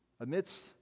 amidst